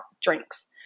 drinks